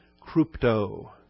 Crypto